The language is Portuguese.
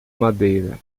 madeira